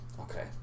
Okay